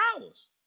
hours